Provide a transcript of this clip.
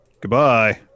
Goodbye